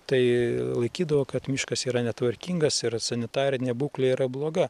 tai laikydavo kad miškas yra netvarkingas ir sanitarinė būklė yra bloga